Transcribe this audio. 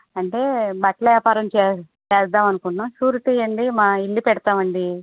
అంటే బట్టల వ్యాపారం చే చేద్దామనుకున్నాము షూరిటీ అండి మా ఇల్లు పెడతామండి